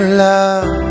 love